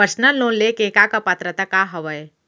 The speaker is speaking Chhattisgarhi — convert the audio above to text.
पर्सनल लोन ले के का का पात्रता का हवय?